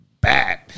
Bad